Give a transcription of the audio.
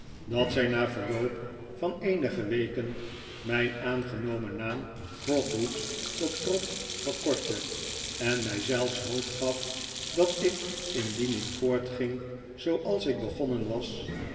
dat zij na verloop van eenige weken mijn aangenomen naam trotwood tot trot verkortte en mij zelfs hoop gaf dat ik indien ik voortging zooals ik begonnen was